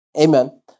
Amen